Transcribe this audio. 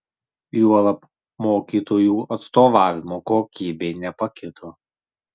juolab mokytojų atstovavimo kokybė nepakito